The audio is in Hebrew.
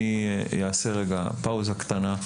אני אעשה רגע פאוזה קטנה.